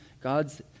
god's